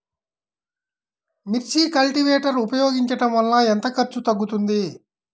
మిర్చి కల్టీవేటర్ ఉపయోగించటం వలన ఎంత ఖర్చు తగ్గుతుంది?